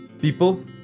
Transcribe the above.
People